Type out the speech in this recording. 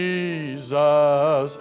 Jesus